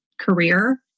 career